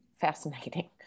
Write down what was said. fascinating